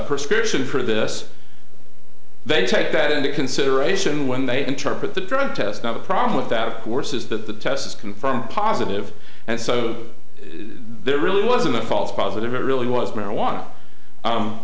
persecution for this they take that into consideration when they interpret the protest not a problem with that of course is that the tests confirm positive and so there really wasn't a false positive it really was marijuana